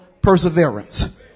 perseverance